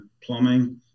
plumbing